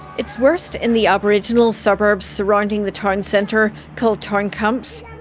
it's worst in the aboriginal suburbs surrounding the town centre, called town camps.